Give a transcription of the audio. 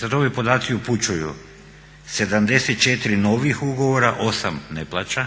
sad ovi podaci upućuju 74 novih ugovora, 8 ne plaća,